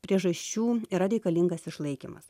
priežasčių yra reikalingas išlaikymas